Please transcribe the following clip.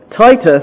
Titus